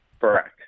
correct